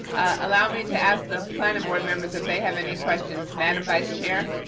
allow me to ask the planning board members if they have any questions. madam vice chair?